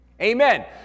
Amen